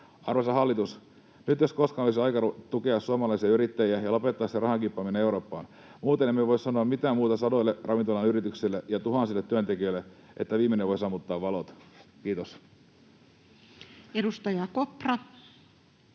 Arvoisa hallitus, nyt jos koskaan olisi aika tukea suomalaisia yrittäjiä ja lopettaa se rahan kippaaminen Eurooppaan. Muuten emme voi sanoa sadoille ravintola-alan yrityksille ja tuhansille työntekijöille mitään muuta kuin että viimeinen voi sammuttaa valot. — Kiitos. [Speech 120]